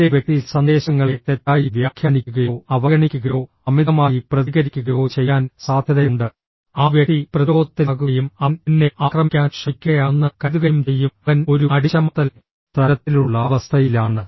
മറ്റേ വ്യക്തി സന്ദേശങ്ങളെ തെറ്റായി വ്യാഖ്യാനിക്കുകയോ അവഗണിക്കുകയോ അമിതമായി പ്രതികരിക്കുകയോ ചെയ്യാൻ സാധ്യതയുണ്ട് ആ വ്യക്തി പ്രതിരോധത്തിലാകുകയും അവൻ എന്നെ ആക്രമിക്കാൻ ശ്രമിക്കുകയാണെന്ന് കരുതുകയും ചെയ്യും അവൻ ഒരു അടിച്ചമർത്തൽ തരത്തിലുള്ള അവസ്ഥയിലാണ്